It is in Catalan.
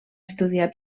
estudiar